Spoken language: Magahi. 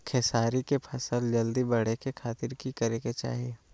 खेसारी के फसल जल्दी बड़े के खातिर की करे के चाही?